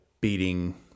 beating